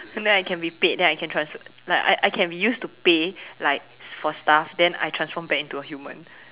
so then I can be paid then I can transform like I I can be used to pay like for stuff then I transform back into a human